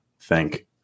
Thank